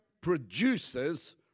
produces